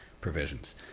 provisions